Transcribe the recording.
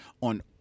on